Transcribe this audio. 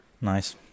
Nice